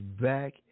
Back